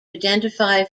identify